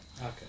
Okay